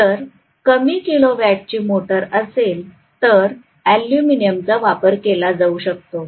जर कमी किलोवॅटची मोटर असेल तर एल्युमिनियमचा वापर केला जाऊ शकतो